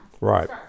Right